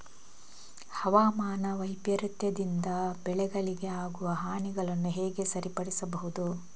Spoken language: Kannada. ಹವಾಮಾನ ವೈಪರೀತ್ಯದಿಂದ ಬೆಳೆಗಳಿಗೆ ಆಗುವ ಹಾನಿಗಳನ್ನು ಹೇಗೆ ಸರಿಪಡಿಸಬಹುದು?